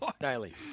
Daily